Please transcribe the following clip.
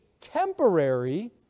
temporary